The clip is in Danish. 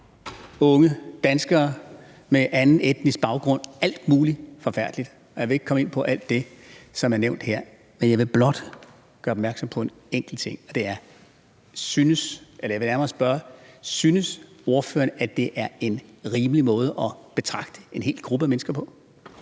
unge danskere med anden etnisk baggrund alt muligt forfærdeligt. Jeg vil ikke komme ind på alt det, som er nævnt her, men jeg vil blot gøre opmærksom på en enkelt ting, som jeg vil stille et spørgsmål om. Synes ordføreren, det er en rimelig måde at betragte en hel gruppe mennesker på?